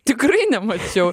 tikrai nemačiau